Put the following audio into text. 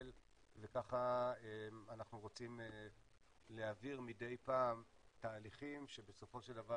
וככה אנחנו רוצים להעביר מדי פעם תהליכים שבסופו של דבר